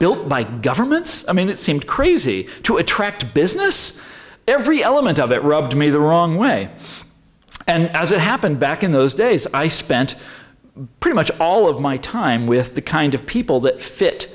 built by governments i mean it seemed crazy to attract business every element of it rubbed me the wrong way and as it happened back in those days i spent pretty much all of my time with the kind of people that fit